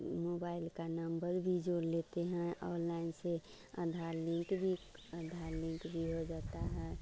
mobile का number भी जोड़ लेते हैं ऑनलाइन से आधार लिंक भी आधार लिंक भी हो जाता है